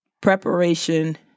Preparation